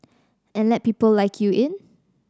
and let people like you in